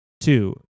Two